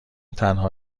تنها